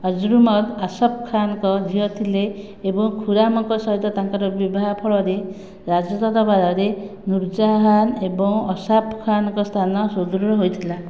ଅର୍ଜୁମନ୍ଦ ଆସଫ୍ ଖାନ୍ଙ୍କ ଝିଅ ଥିଲେ ଏବଂ ଖୁରାମ୍ଙ୍କ ସହିତ ତାଙ୍କ ବିବାହ ଫଳରେ ରାଜଦରବାରରେ ନୁର୍ ଜାହାନ୍ ଏବଂ ଅସାଫ୍ ଖାନ୍ଙ୍କ ସ୍ଥାନ ସୁଦୃଢ଼ ହୋଇଥିଲା